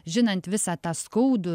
žinant visą tą skaudų